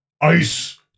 Ice